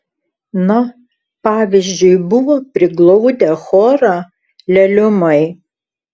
na pavyzdžiui buvo priglaudę chorą leliumai